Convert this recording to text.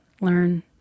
learn